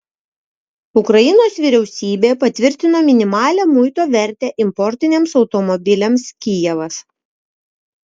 ukrainos vyriausybė patvirtino minimalią muito vertę importiniams automobiliams kijevas